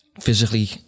Physically